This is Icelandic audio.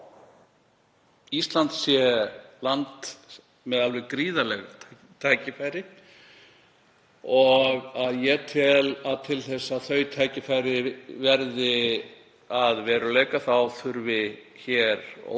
Ísland sé land með alveg gríðarleg tækifæri og ég tel að til þess að þau tækifæri verði að veruleika þurfi hér ótal